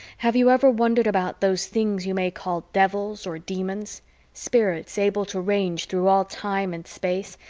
have you ever wondered about those things you may call devils or demons spirits able to range through all time and space,